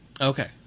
Okay